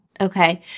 Okay